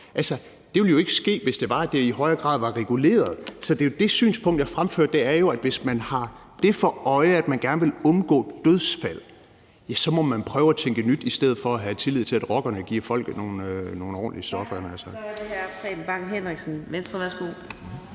Det ville jo ikke ske, hvis det var sådan, at det i højere grad var reguleret. Så det synspunkt, jeg fremfører, er jo, at hvis man har det for øje, at man gerne vil undgå dødsfald, så må man prøve at tænke nyt i stedet for at have tillid til, at rockerne giver folk nogle – havde jeg nær sagt – ordentlige stoffer.